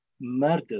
murder